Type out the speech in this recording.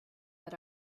that